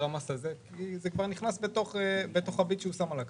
המס הזה כי זה כבר נכנס במה שהוא שם על הקרקע.